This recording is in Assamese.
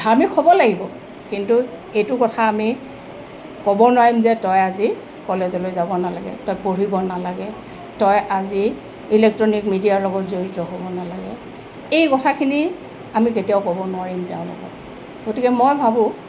ধাৰ্মিক হ'ব লাগিব কিন্তু এইটো কথা আমি ক'ব নোৱাৰিম যে তই আজি কলেজলৈ যাব নালাগে তই পঢ়িব নালাগে তই আজি ইলেক্ট্ৰনিক মিডিয়াৰ লগত জড়িত হ'ব নালাগে এই কথাখিনি আমি কেতিয়াও ক'ব নোৱাৰিম তেওঁলোক গতিকে মই ভাবোঁ